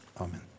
Amen